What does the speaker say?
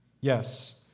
Yes